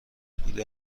بوده